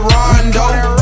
Rondo